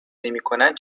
نمیکنند